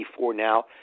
now